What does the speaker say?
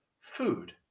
food